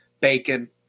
bacon